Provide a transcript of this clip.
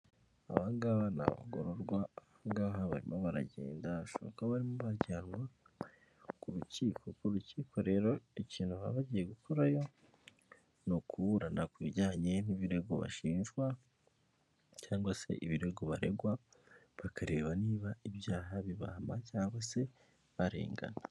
Abangaba ni bagororwa ahangaha barimo baragenda hashoboka barimo bajyanwa ku rukiko ku rukiko rero ikintu baba bagiye gukorayo ni ukuburana ku bijyanye n'ibirego bashinjwa cyangwa se ibirego baregwa bakareba niba ibyaha bibahama cyangwa se barengana.